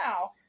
Wow